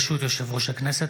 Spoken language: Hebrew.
ברשות יושב-ראש הכנסת,